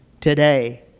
Today